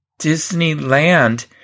Disneyland